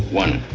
one